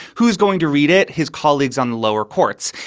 who's going to read it? his colleagues on the lower courts.